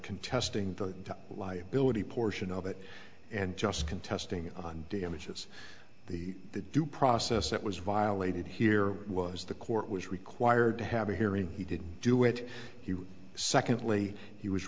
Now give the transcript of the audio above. contesting the liability portion of it and just contesting damages the the due process that was violated here was the court was required to have a hearing he didn't do it secondly he was